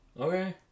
Okay